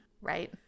right